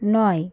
নয়